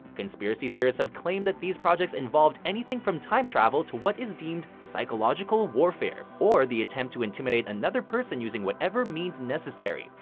conspiracy theorists have claimed that these projects involved anything from time travel to what is deemed psychological warfare. or, the attempt to intimidate another person using whatever means necessary.